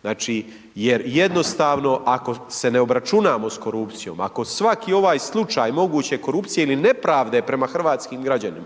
Znači jer jednostavno, ako se ne obračunamo s korupcijom, ako svaki ovaj slučaj moguće korupcije, ili nepravde prema hrvatskim građanima,